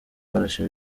barashe